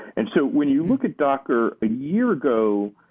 and so when you look at docker ah year ago,